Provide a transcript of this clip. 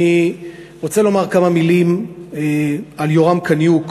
אני רוצה לומר כמה מילים על יורם קניוק,